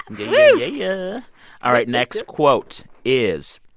yeah yeah yeah. all right. next quote is,